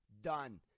Done